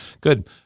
Good